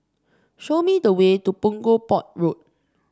show me the way to Punggol Port Road